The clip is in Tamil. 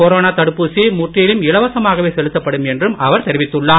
கொரோனா தடுப்பூசி முற்றிலும் இலவசமாகவே செலுத்தப்படும் என்றும் அவர் தெரிவித்துள்ளார்